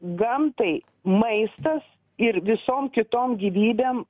gamtai maistas ir visom kitom gyvybėm